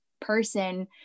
person